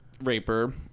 raper